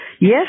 Yes